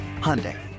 Hyundai